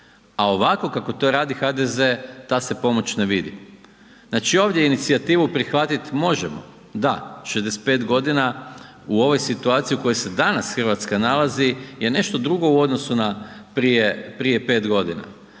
A ovako kako to radi HDZ ta se pomoć ne vidi. Znači ovdje inicijativu prihvatiti možemo, da 65 godina u ovoj situaciji u kojoj se danas Hrvatska nalazi je nešto drugo u odnosu na prije 5 godina.